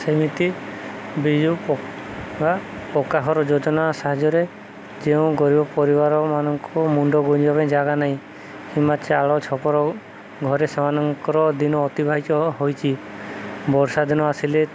ସେମିତି ବିଜୁ ବା ପକ୍କା ଘର ଯୋଜନା ସାହାଯ୍ୟରେ ଯେଉଁ ଗରିବ ପରିବାରମାନଙ୍କୁ ମୁଣ୍ଡ ବୁଜିବା ପାଇଁ ଜାଗା ନାହିଁ କିବା ଚାଳ ଛପର ଘରେ ସେମାନଙ୍କର ଦିନ ଅତିବାହିତ ହୋଇଛି ବର୍ଷା ଦିନ ଆସିଲେ